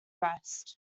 rest